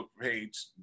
page